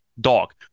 Dog